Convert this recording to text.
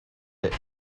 est